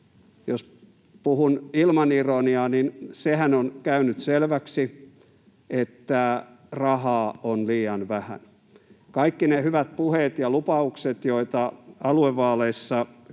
Jos puhun ilman ironiaa, niin sehän on käynyt selväksi, että rahaa on liian vähän. Kaikki ne hyvät puheet ja lupaukset, joita aluevaaleissa kaikkien